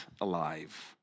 alive